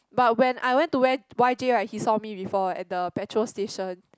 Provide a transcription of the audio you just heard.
but when I went to where Y_J right he saw me before at the petrol station